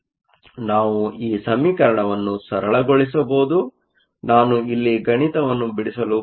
ನಾವು ಈ ಸಮೀಕರಣವನ್ನು ಸರಳಗೊಳಿಸಬಹುದು ನಾನು ಇಲ್ಲಿ ಗಣಿತವನ್ನು ಬಿಡಿಸಲು ಹೋಗುವುದಿಲ್ಲ